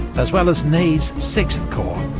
as well as ney's sixth corps,